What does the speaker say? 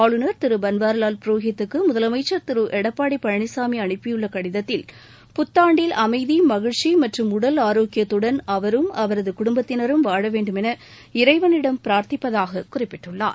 ஆளுநர் திரு பன்வாரிலால் புரோஹித்துக்கு முதலமைச்சர் திரு எடப்பாடி பழனிசாமி அனுப்பியுள்ள கடிதத்தில் புத்தாண்டில் அமைதி மகிழ்ச்சி மற்றும் உடல் ஆரோக்கியத்துடன் அவரும் அவரது குடும்பத்தினரும் வாழவேண்டும் என இறைவனிடம் பிரார்த்திப்பதாக குறிப்பிட்டுள்ளார்